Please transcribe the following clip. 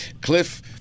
cliff